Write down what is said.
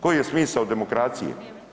Koji je smisao demokracije?